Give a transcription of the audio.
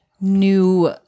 new